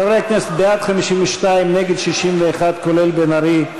חברי הכנסת, בעד, 52, נגד, 61, כולל בן ארי.